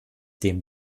dem